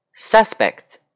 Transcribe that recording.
Suspect